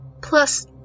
Plus